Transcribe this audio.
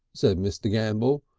said mr. gambell.